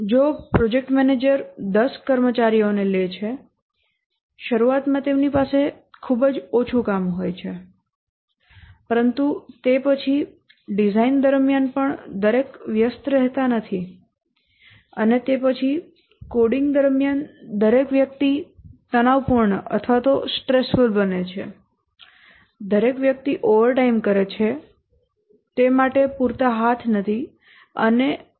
જો project manager દસ કર્મચારીઓ ને લે છે શરૂઆતમાં તેમની પાસે ખૂબ જ ઓછું કામ હોય છે પરંતુ તે પછી ડિઝાઇન દરમિયાન પણ દરેક વ્યસ્ત રહેતા નથી અને તે પછી કોડિંગ દરમિયાન દરેક વ્યક્તિ તણાવપૂર્ણ બને છે દરેક વ્યક્તિ ઓવરટાઇમ કામ કરે છે તે માટે પૂરતા હાથ નથી